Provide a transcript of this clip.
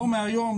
לא מהיום,